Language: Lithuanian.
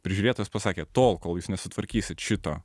prižiūrėtojas pasakė tol kol jūs nesutvarkysit šito